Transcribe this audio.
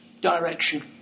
direction